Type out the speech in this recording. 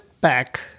back